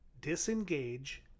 disengage